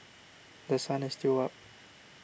The Sun is still up